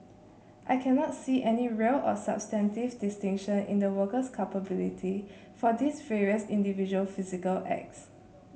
I cannot see any real or substantive distinction in the worker's culpability for these various individual physical acts